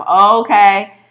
okay